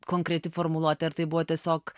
konkreti formuluotė ar tai buvo tiesiog